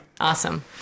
Awesome